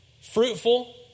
fruitful